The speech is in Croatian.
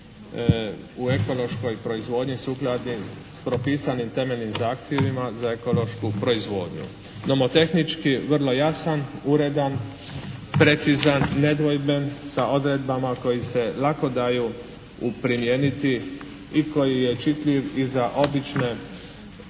u ekološkoj proizvodnji sukladni s propisanim temeljnim zahtjevima za ekološku proizvodnju. Nomotehnički vrlo jasan, uredan, precizan, nedvojben sa odredbama koje se lako daju uprimijeniti i koji je čitljiv i za obične